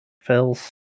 Phil's